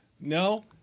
No